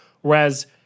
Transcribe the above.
whereas